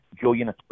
Julian